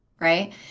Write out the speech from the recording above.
right